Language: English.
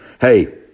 Hey